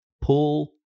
pull